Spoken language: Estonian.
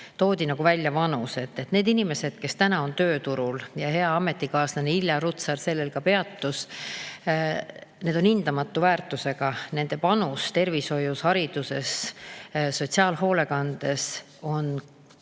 toodi välja vanus. Need inimesed, kes täna on tööturul – hea ametikaaslane Irja Lutsar sellel ka peatus –, on hindamatu väärtusega. Nende panus tervishoius, hariduses, sotsiaalhoolekandes,